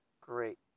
Great